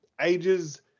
ages